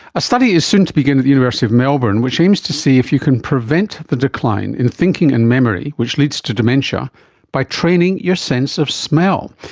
a study is soon to begin at the university of melbourne which aims to see if you can prevent the decline in thinking and memory which leads to dementia by training your sense of smell.